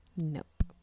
nope